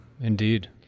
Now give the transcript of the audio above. indeed